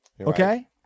Okay